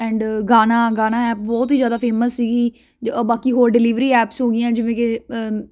and Gaana Gaana app ਬਹੁਤ ਹੀ ਜ਼ਿਆਦਾ ਫੇਮਸ ਸੀਗੀ ਜੋ ਬਾਕੀ ਹੋਰ ਡਿਲੀਵਰੀ ਐਪਸ ਹੋ ਗਈਆਂ ਜਿਵੇਂ ਕਿ